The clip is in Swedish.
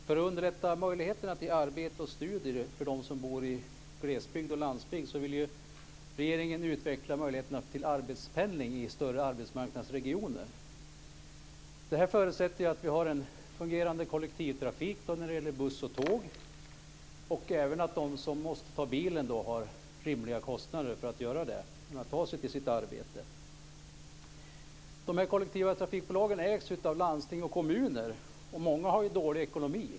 Fru talman! Jag har en fråga till Ulrica Messing. För att underlätta möjligheterna till arbete och studier för dem som bor i glesbygd och landsbygd vill regeringen utveckla möjligheterna till arbetspendling i större arbetsmarknadsregioner. Det förutsätter att det finns en fungerande kollektivtrafik när det gäller buss och tåg och även att de som måste ta bilen har rimliga kostnader för att kunna ta sig till sitt arbete. De kollektiva trafikbolagen ägs av landsting och kommuner, och många har dålig ekonomi.